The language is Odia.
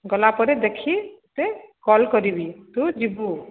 ଗଲାପ ଦେଖିତେ କଲ୍ କରିବି ତୁ ଯିବୁ